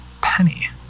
penny